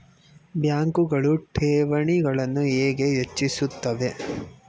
ಬ್ಯಾಂಕುಗಳು ಠೇವಣಿಗಳನ್ನು ಹೇಗೆ ಹೆಚ್ಚಿಸುತ್ತವೆ?